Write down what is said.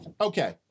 Okay